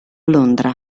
londra